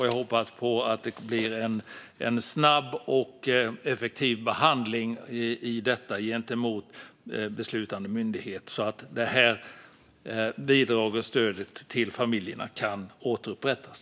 Jag hoppas att det blir en snabb och effektiv behandling gentemot beslutande myndighet så att bidraget eller stödet till familjerna kan återupprättas.